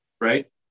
Right